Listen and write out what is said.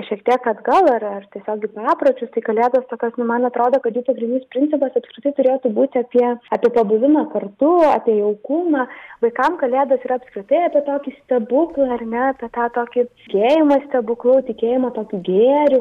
šiek tiek atgal ar ar tiesiog į papročius tai kalėdos tokios nu man atrodo kad jų pagrindinis principas apskritai turėtų būti apie apie pabuvimą kartu apie jaukumą vaikam kalėdos yra apskritai apie tokį stebuklą ar ne apie tą tokį tikėjimą stebuklu tikėjimą tokiu gėriu